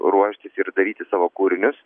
ruoštis ir daryti savo kūrinius